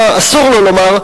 מה אסור לו לומר,